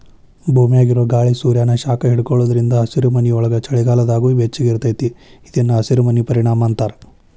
ಭೂಮ್ಯಾಗಿರೊ ಗಾಳಿ ಸೂರ್ಯಾನ ಶಾಖ ಹಿಡ್ಕೊಳೋದ್ರಿಂದ ಹಸಿರುಮನಿಯೊಳಗ ಚಳಿಗಾಲದಾಗೂ ಬೆಚ್ಚಗಿರತೇತಿ ಇದನ್ನ ಹಸಿರಮನಿ ಪರಿಣಾಮ ಅಂತಾರ